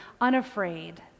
unafraid